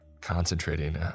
concentrating